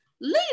Leave